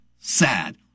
sad